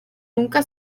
nunca